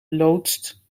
loodst